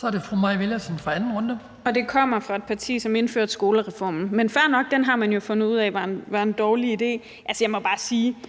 Kl. 18:08 Mai Villadsen (EL): Det kommer fra et parti, som indførte skolereformen. Men fair nok, den har man jo fundet ud af var en dårlig idé. Altså, jeg må bare sige, at